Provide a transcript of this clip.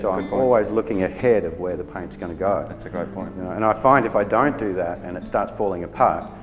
so i'm always looking ahead of where the paints going to go. that's a great point. and i find if i don't do that and it starts falling apart,